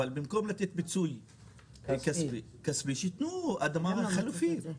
אבל במקום לתת פיצוי כספי שייתנו אדמה חלופית.